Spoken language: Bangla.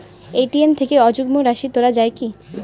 এ.টি.এম থেকে অযুগ্ম রাশি তোলা য়ায় কি?